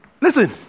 Listen